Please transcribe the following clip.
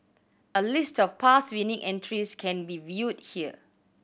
a list of past winning entries can be viewed here